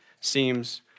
seems